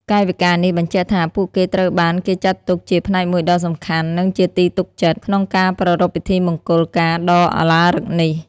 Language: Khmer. កាយវិការនេះបញ្ជាក់ថា ពួកគេត្រូវបានគេចាត់ទុកជា ផ្នែកមួយដ៏សំខាន់ និងជាទីទុកចិត្ត ក្នុងការប្រារព្ធពិធីមង្គលការដ៏ឧឡារិកនេះ។